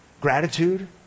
Gratitude